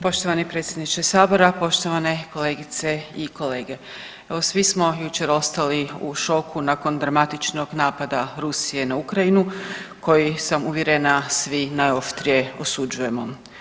Poštovani predsjedniče sabora, poštovane kolegice i kolege, evo svi smo jučer ostali u šoku nakon dramatičnog napada Rusije na Ukrajinu koji sam uvjerena svi najoštrije osuđujemo.